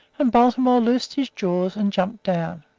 and baltimore loosed his jaws and jumped down.